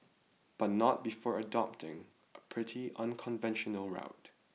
but not before adopting a pretty unconventional route